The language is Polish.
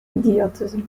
idiotyzm